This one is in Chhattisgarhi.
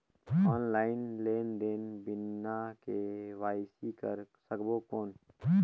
ऑनलाइन लेनदेन बिना के.वाई.सी कर सकबो कौन??